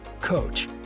coach